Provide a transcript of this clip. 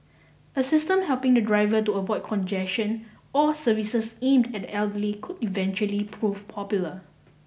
a system helping the driver to avoid congestion or services aimed at the elderly could eventually prove popular